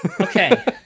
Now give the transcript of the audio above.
okay